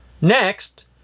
Next